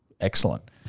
excellent